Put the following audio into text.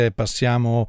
passiamo